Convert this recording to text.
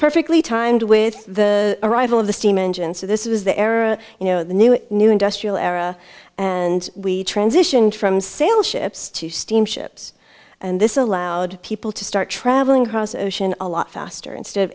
perfectly timed with the arrival of the steam engine so this was the era you know the new new industrial era and we transitioned from sail ships to steamships and this allowed people to start travelling across ocean a lot faster instead of